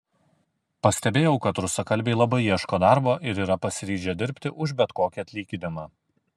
pastebėjau kad rusakalbiai labai ieško darbo ir yra pasiryžę dirbti už bet kokį atlyginimą